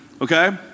okay